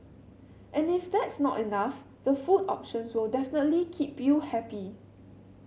and if that's not enough the food options will definitely keep you happy